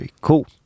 cool